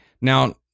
Now